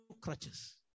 crutches